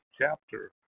chapter